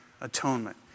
atonement